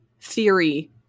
Theory